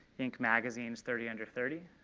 ink magazine's thirty under thirty,